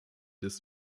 des